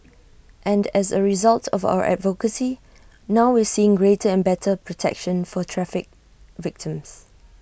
and as A result of our advocacy now we seeing greater and better protection for traffic victims